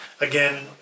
Again